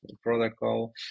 protocol